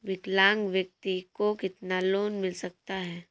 विकलांग व्यक्ति को कितना लोंन मिल सकता है?